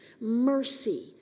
Mercy